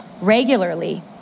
regularly